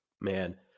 man